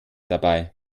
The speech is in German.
dabei